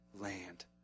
land